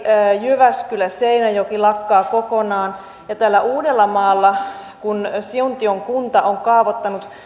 jyväskylä seinäjoki lakkaa kokonaan täällä uudellamaalla kun siuntion kunta on kaavoittanut